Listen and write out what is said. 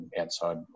outside